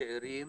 צעירים